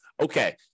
okay